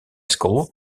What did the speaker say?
school